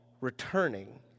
returning